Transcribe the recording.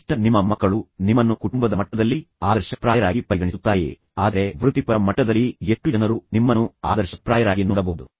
ಕನಿಷ್ಠ ನಿಮ್ಮ ಮಕ್ಕಳು ನಿಮ್ಮನ್ನು ಕುಟುಂಬದ ಮಟ್ಟದಲ್ಲಿ ಆದರ್ಶಪ್ರಾಯರಾಗಿ ಪರಿಗಣಿಸುತ್ತಾರೆಯೇ ಆದರೆ ವೃತ್ತಿಪರ ಮಟ್ಟದಲ್ಲಿ ಎಷ್ಟು ಜನರು ನಿಮ್ಮನ್ನು ಆದರ್ಶಪ್ರಾಯರಾಗಿ ನೋಡಬಹುದು